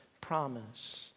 promise